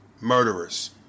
murderers